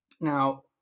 Now